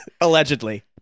Allegedly